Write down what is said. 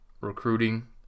recruiting